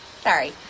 Sorry